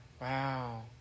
Wow